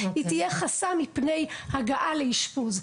היא תהיה חסם מפני הגעה לאשפוז.